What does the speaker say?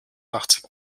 achtzig